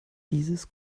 dieses